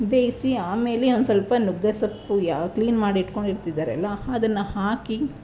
ಬೇಯಿಸಿ ಆಮೇಲೆ ಒಂದು ಸ್ವಲ್ಪ ನುಗ್ಗೆಸೊಪ್ಪು ಯಾವ ಕ್ಲೀನ್ ಮಾಡಿ ಇಟ್ಕೊಂಡಿರ್ತಿದ್ದರಲ್ಲ ಅದನ್ನು ಹಾಕಿ